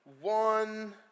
one